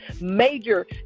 Major